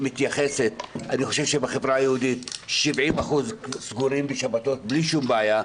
אני חושב שבחברה היהודית 70% סגורים בשבתות בלי שום בעיה,